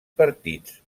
partits